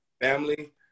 family